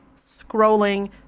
scrolling